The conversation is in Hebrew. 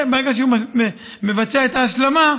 ברגע שהוא מבצע את ההשלמה,